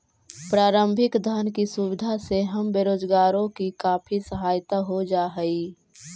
प्रारंभिक धन की सुविधा से हम बेरोजगारों की काफी सहायता हो जा हई